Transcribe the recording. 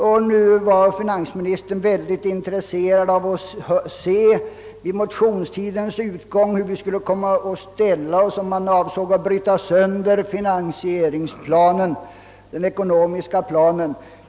Finansministern var, sade han, väldigt intresserad av att se hur vi från centerpartiet i våra motioner skulle komma att ställa oss och om vi avsåg att bryta sönder den ekonomiska planen.